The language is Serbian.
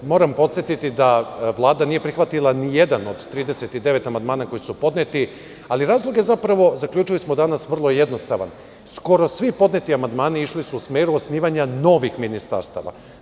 Moram podsetiti da Vlada nije prihvatila nijedan od 39 amandmana koji su podneti, ali razlog je vrlo jednostavan – skoro svi podneti amandmani išli su u smeru osnivanja novih ministarstava.